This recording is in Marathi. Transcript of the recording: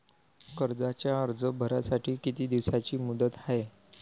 कर्जाचा अर्ज भरासाठी किती दिसाची मुदत हाय?